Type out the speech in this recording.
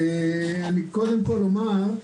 אני קודם כל אומר,